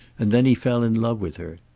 and then he fell in love with her.